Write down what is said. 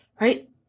right